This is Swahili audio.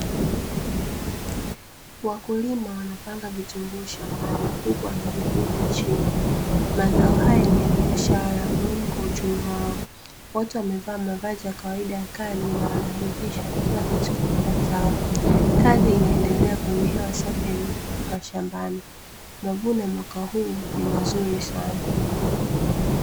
Wakulima wanapanga vitunguu shambani, huku wamejikunja chini. Mazao haya ni ya biashara, muamko wa uchumi wao. Watu wamevaa ya kawaida ya kazi, na wanahakikisha kila kitu kinaenda Sawa, kazi inaendelea kwenye hewa safi mashambani. Mavuno ya mwaka huu ni mazuri sana.